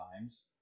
times